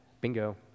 Bingo